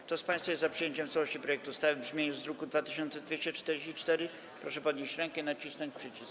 Kto z państwa jest za przyjęciem w całości projektu ustawy w brzmieniu z druku nr 2244, proszę podnieść rękę i nacisnąć przycisk.